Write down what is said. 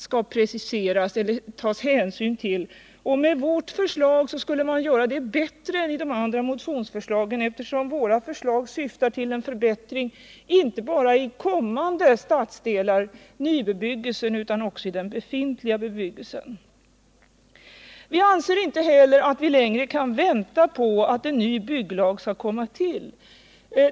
Med vårt förslag skulle dessa krav tillgodoses bättre än om man följde de andra motionsförslagen, eftersom vårt förslag syftar till förbättring inte bara i nybebyggelsen utan också i den befintliga bebyggelsen. Vi anser inte heller att vi kan vänta längre på en ny bygglag.